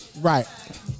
Right